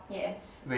yes